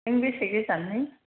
नों बेसे गोजाननि